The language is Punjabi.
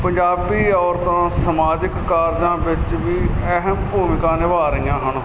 ਪੰਜਾਬੀ ਔਰਤਾਂ ਸਮਾਜਿਕ ਕਾਰਜਾਂ ਵਿੱਚ ਵੀ ਅਹਿਮ ਭੂਮਿਕਾ ਨਿਭਾ ਰਹੀਆਂ ਹਨ